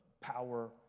power